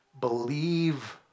believe